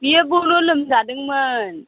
बियो गल' लोमजादोंमोन